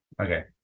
Okay